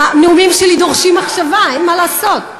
הנאומים שלי דורשים מחשבה, אין מה לעשות.